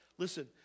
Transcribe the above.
Listen